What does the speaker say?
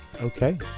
Okay